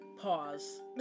Pause